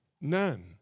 None